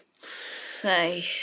Say